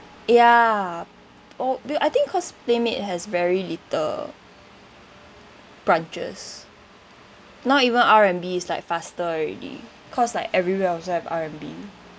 ya uh I think cause PlayMade has very little branches now even R&B is like faster already cause like everywhere also have R&B